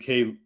UK